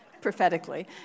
prophetically